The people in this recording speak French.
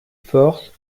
forces